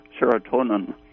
serotonin